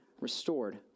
restored